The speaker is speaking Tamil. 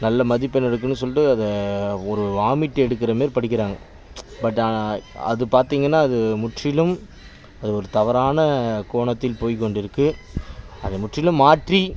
நல்ல மதிப்பெண் எடுக்கணும் சொல்லிட்டு அதை ஒரு வாமிட் எடுக்கிற மாரி படிக்கிறாங்க பட் அது பார்த்தீங்கன்னா அது முற்றிலும் அது ஒரு தவறான கோணத்தில் போய்க் கொண்டு இருக்குது அதை முற்றிலும் மாற்றி